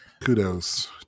Kudos